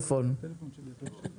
אמרת